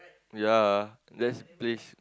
ya that's place